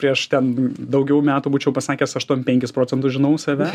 prieš ten daugiau metų būčiau pasakęs aštuon penkis procentus žinau save